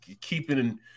keeping